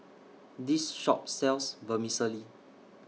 This Shop sells Vermicelli